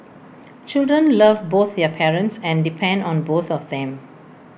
children love both their parents and depend on both of them